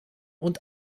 und